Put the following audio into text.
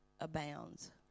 abounds